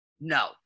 no